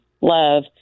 love